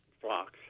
flocks